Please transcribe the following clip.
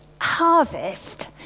harvest